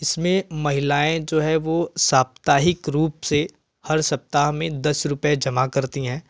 इसमें महिलाएँ जो है वह साप्ताहिक रूप से हर सप्ताह में दस रूपये जमा करती हैं